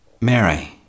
Mary